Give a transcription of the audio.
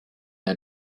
our